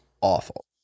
awful